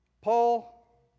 Paul